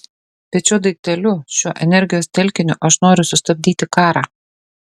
bet šiuo daikteliu šiuo energijos telkiniu aš noriu sustabdyti karą